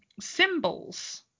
symbols